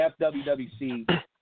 FWWC